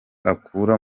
akura